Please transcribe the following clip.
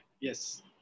yes